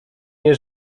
nie